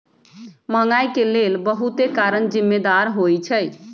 महंगाई के लेल बहुते कारन जिम्मेदार होइ छइ